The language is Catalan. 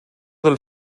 del